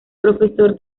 profesor